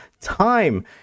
time